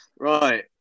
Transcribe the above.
Right